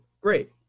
great